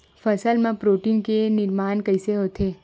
फसल मा प्रोटीन के निर्माण कइसे होथे?